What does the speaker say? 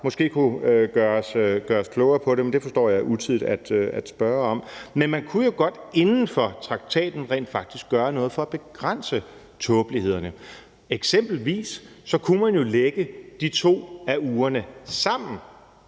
måske kunne gøre os klogere på det, men det forstår jeg er utidigt at spørge om. Men man kunne jo godt inden for traktaten rent faktisk gøre noget for at begrænse tåbelighederne. Eksempelvis kunne man lægge de to af ugerne sammen,